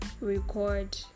record